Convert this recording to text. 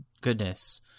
goodness